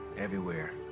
everywhere,